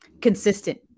consistent